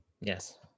yes